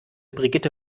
brigitte